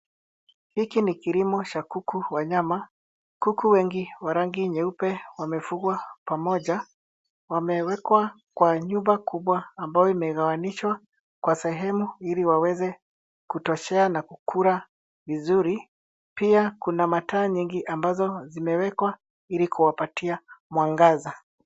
Hiki ni kilimo cha kuku wa nyama. Kuku wengi wa rangi nyeupe wamefugwa pamoja. Wamewekwa kwa nyumba kubwa ambayo imegawanishwa kwa sehemu ili waweze kutoshea na kukula vizuri. Pia kuna mataa nyingi ambazo zimewekwa ili kuwapatia mwangaza.